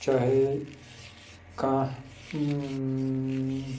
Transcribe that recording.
چاہے کانٛہہ